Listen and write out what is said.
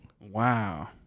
Wow